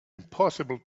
impossible